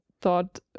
thought